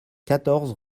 quatorze